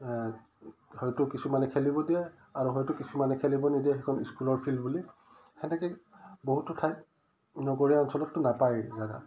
হয়তো কিছুমানে খেলিব দিয়ে আৰু হয়তো কিছুমানে খেলিব নিদিয়ে সেইখন স্কুলৰ ফিল্ড বুলি তেনেকেই বহুতো ঠাই নগৰীয়া অঞ্চলততো নাপায় জাগা